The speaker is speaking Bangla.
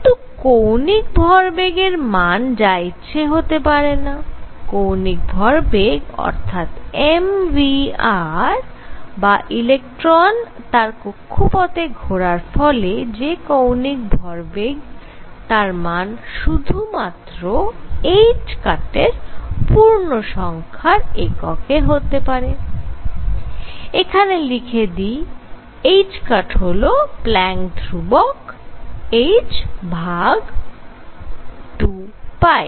কিন্তু কৌণিক ভরবেগের মান যা ইচ্ছে হতে পারেনা কৌণিক ভরবেগ অর্থাৎ m v r বা ইলেকট্রন তার কক্ষপথে ঘোরার ফলে যে কৌণিক ভরবেগ তার মান শুধুমাত্র এর পূর্ণসংখ্যার এককে হতে পারে এখানে লিখে দিই হল প্ল্যাঙ্ক ধ্রুবক Planck's constant h ভাগ 2